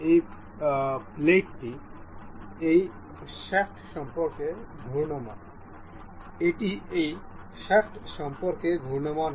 এই প্লেটটি এই শ্যাফট সম্পর্কে ঘূর্ণায়মান এটি এই শ্যাফট সম্পর্কে ঘূর্ণায়মান হয়